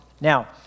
Now